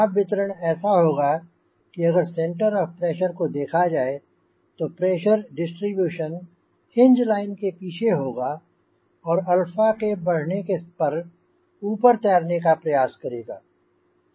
दाब वितरण ऐसा होगा कि अगर सेंटर ऑफ प्रेशर को देखा जाए तो प्रेशर डिस्ट्रीब्यूशन हिन्ज लाइन के पीछे होगा और अल्फा के बढ़ने पर ऊपर तैरने का प्रयास करेगा